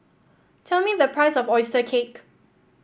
tell me the price of oyster cake